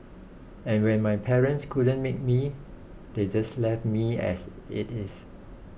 and when my parents couldn't make me they just left me as it is